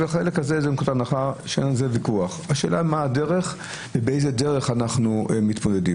על זה אין ויכוח אבל השאלה מה הדרך ובאיזו דרך אנחנו מתמודדים.